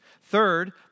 Third